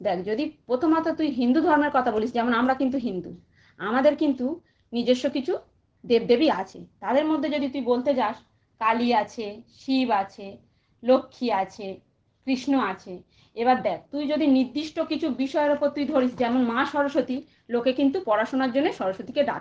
দেখ যদি প্রথমত তুই হিন্দু ধর্মের কথা বলিস যেমন আমরা কিন্তু হিন্দু আমাদের কিন্তু নিজস্ব কিছু দেব দেবী আছে তাদের মধ্যে যদি তুই বলতে যাস কালী আছে শিব আছে লক্ষ্মী আছে কৃষ্ণ আছে এবার দেখ তুই যদি নির্দিষ্ট কিছু বিষয়ের ওপর তুই ধরিস যেমন মা সরস্বতী লোকে কিন্তু পড়াশোনার জন্যই সরস্বতীকে ডাকে